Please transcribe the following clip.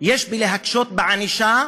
יש בלהקשות בענישה,